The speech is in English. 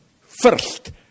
first